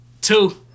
two